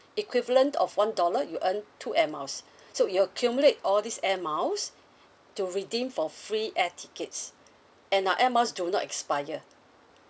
equivalent of one dollar you earn two air miles so you accumulate all these air miles to redeem for free air tickets and our air miles do not expire